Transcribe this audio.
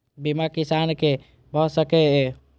बीमा किसान कै भ सके ये?